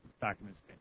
documents